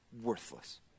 worthless